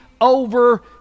over